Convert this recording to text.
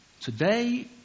today